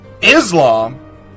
Islam